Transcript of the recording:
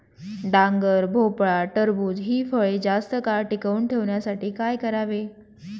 डांगर, भोपळा, टरबूज हि फळे जास्त काळ टिकवून ठेवण्यासाठी काय करावे?